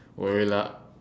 !oi! lah